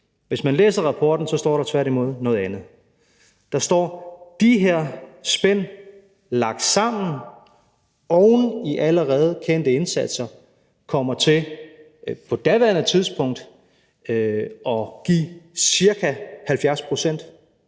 Hvis man læser rapporten, vil man se, at der tværtimod står noget andet. Kl. 13:09 Der står, at de her spænd lagt sammen oven i allerede kendte indsatser kommer til – på daværende tidspunkt – at give ca. 70 pct.